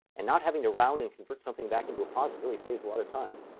and not having to round and convert something back into a positive really saves a lot of time.